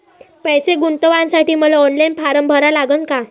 पैसे गुंतवासाठी मले ऑनलाईन फारम भरा लागन का?